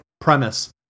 premise